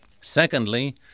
Secondly